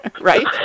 right